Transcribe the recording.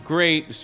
Great